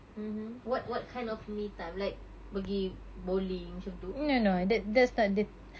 mmhmm what what kind of me time like pergi bowling macam tu